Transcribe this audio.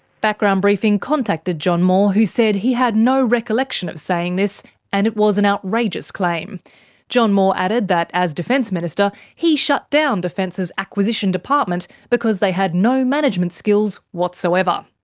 background briefing contacted john moore who said he had no recollection of saying this and it was an outrageous claim john moore added that as defence minister he shut down defence's acquisition department because they had no management skills whatsoever.